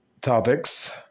topics